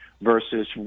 versus